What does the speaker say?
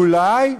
אולי?